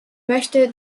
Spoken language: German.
möchte